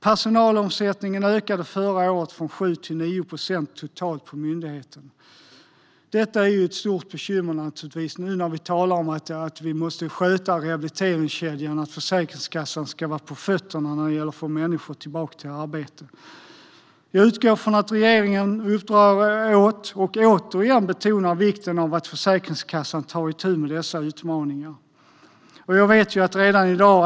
Personalomsättningen inom myndigheten totalt ökade förra året från 7 till 9 procent. Detta är naturligtvis ett stort bekymmer, nu när vi talar om att vi måste sköta rehabiliteringskedjan och att Försäkringskassan ska vara på fötterna när det gäller att få människor tillbaka till arbete. Jag utgår från att regeringen uppdrar åt Försäkringskassan att ta itu med dessa utmaningar och att regeringen återigen betonar vikten av detta.